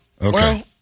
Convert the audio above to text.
Okay